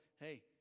hey